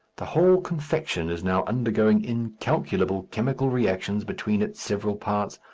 the whole confection is now undergoing incalculable chemical reactions between its several parts.